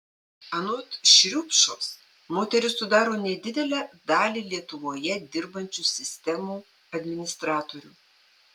anot šriupšos moterys sudaro nedidelę dalį lietuvoje dirbančių sistemų administratorių